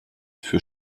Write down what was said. für